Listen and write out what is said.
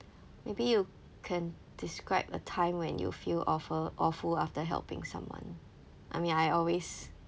maybe you can describe a time when you feel awful awful after helping someone I mean I always